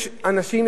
יש אנשים,